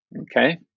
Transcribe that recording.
Okay